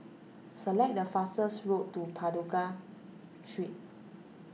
select the fastest road to Pagoda Street